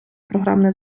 програмне